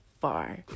far